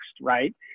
right